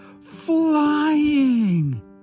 flying